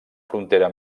frontera